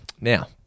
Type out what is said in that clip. Now